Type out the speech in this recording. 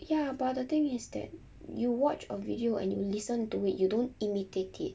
ya but the thing is that you watch a video and you listen to it you don't imitate it